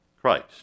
Christ